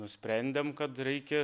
nusprendėm kad reikia